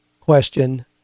question